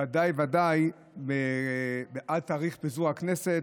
ודאי ודאי עד תאריך פיזור הכנסת.